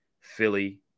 Philly